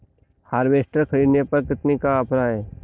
Harvester ख़रीदने पर कितनी का ऑफर है?